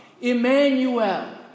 Emmanuel